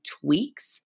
tweaks